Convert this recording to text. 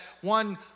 one